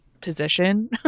position